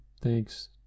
thanks